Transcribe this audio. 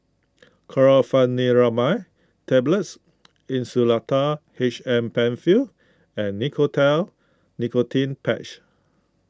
Chlorpheniramine Tablets Insulatard H M Penfill and Nicotinell Nicotine Patch